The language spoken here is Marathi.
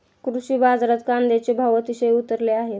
कृषी बाजारात कांद्याचे भाव अतिशय उतरले आहेत